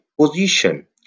position